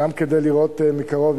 גם כדי לראות מקרוב,